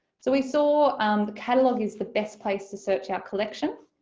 so we saw um the catalogue is the best place to search our collection